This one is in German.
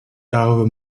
darüber